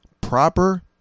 proper